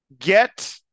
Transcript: get